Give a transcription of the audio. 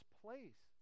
place